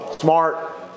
smart